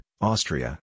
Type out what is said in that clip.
Austria